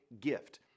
gift